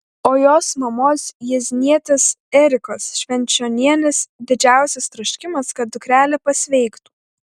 o jos mamos jieznietės erikos švenčionienės didžiausias troškimas kad dukrelė pasveiktų